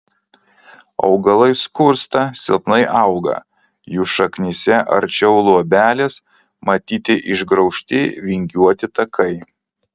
augalai skursta silpnai auga jų šaknyse arčiau luobelės matyti išgraužti vingiuoti takai